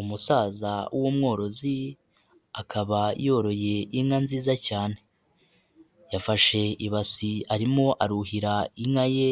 Umusaza w'umworozi akaba yoroye inka nziza cyane, yafashe ibasi arimo aruhira inka ye